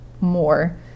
more